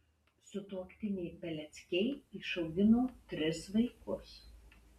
sutuoktiniai peleckiai išaugino tris vaikus